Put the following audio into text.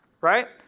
right